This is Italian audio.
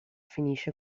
finisce